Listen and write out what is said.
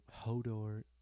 Hodor